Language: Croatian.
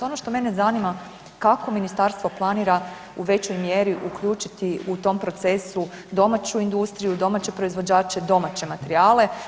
Ono što mene zanima, kako Ministarstvo planira u većoj mjeri uključiti u tom procesu domaću industriju, domaće proizvođače, domaće materijale?